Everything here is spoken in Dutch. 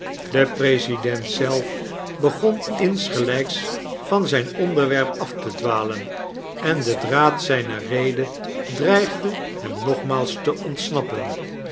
de president zelf begon insgelijks van zijn onderwerp af te dwalen en de draad zyner rede dreigde hem nogmaals te ontsnappen